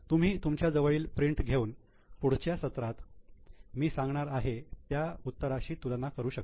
तुम्ही तुमच्या जवळील प्रिंट घेऊन पुढच्या सत्रात मी सांगणार आहे त्या उत्तराशी तुलना करू शकता